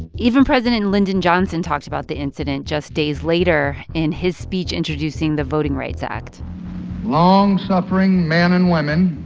even president lyndon johnson talked about the incident just days later in his speech introducing the voting rights act long-suffering men and women